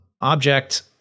object